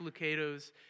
Lucado's